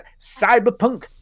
Cyberpunk